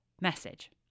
message